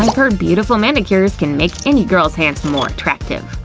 heard beautiful manicures can make any girl's hands more attractive.